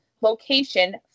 location